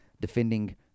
defending